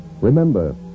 Remember